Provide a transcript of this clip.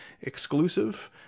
exclusive